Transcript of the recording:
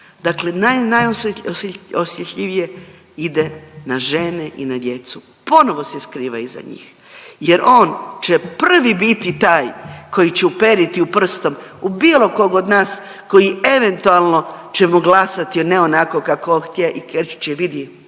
naj, naj osjetljivije ide na žene i na djecu. Ponovo se skriva iza njih, jer on će prvi biti taj koji će uperiti prstom u bilo kog od nas koji eventualno ćemo glasati ne onako kako on vidi tamo. Ja sad